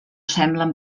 semblen